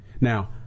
Now